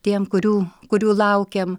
tiem kurių kurių laukiam